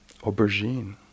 aubergine